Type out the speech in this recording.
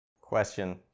Question